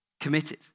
committed